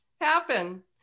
happen